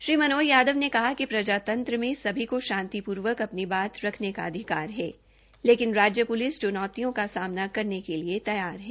श्री मनोज यादवन ने कहा कि प्रजातंत्र में सभी को शांतिर्पूवक अपनी बात रखने का अधिकारी है लेकिन राजय प्लिस च्नौतियों का सामना करने के लिए तैयार है